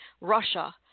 Russia